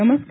नमस्कार